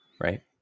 Right